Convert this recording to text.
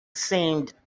seemed